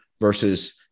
versus